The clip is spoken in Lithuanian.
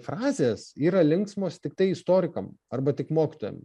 frazės yra linksmos tiktai istorikam arba tik mokytojam